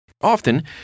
Often